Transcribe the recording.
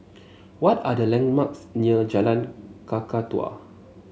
what are the landmarks near Jalan Kakatua